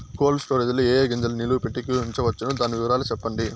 Cold storage లో ఏ ఏ గింజల్ని నిలువ పెట్టేకి ఉంచవచ్చును? దాని వివరాలు సెప్పండి?